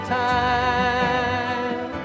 time